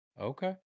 okay